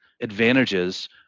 advantages